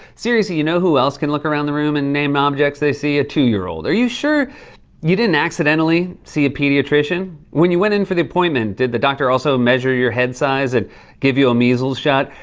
seriously, you know who else can look around the room and name objects they see? a two-year-old. are you sure you didn't accidentally see a pediatrician? when you went in for the appointment, did the doctor also measure your head size and give you a measles shot?